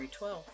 12